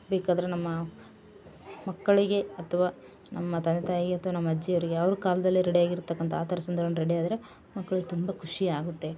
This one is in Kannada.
ಬೇಕಾದರೆ ನಮ್ಮ ಮಕ್ಕಳಿಗೆ ಅಥ್ವ ನಮ್ಮ ತಂದೆ ತಾಯಿಗೆ ಅಥ್ವ ನಮ್ಮ ಅಜ್ಜಿಯರಿಗೆ ಅವ್ರ ಕಾಲದಲ್ಲಿ ರೆಡಿಯಾಗಿರ್ತಕ್ಕಂಥ ಆ ಥರ ಸುಂದ್ರವಾಗ್ ರೆಡಿ ಆದರೆ ಮಕ್ಕಳು ತುಂಬ ಖುಷಿ ಆಗುತ್ತೆ